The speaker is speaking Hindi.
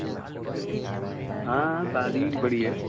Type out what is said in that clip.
हाँ हाँ शादी की पड़ी है